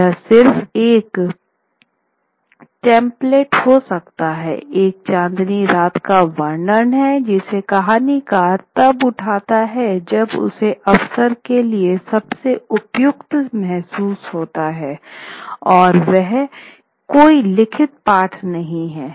यह सिर्फ एक टेम्पलेट हो सकता है एक चांदनी रात का वर्णन है जिसे कहानीकार तब उठाता है जब उसे अवसर के लिए सबसे उपयुक्त महसूस होता है और वहाँ कोई लिखित पाठ नहीं है